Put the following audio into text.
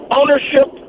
ownership